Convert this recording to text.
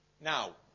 Now